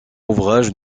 ouvrage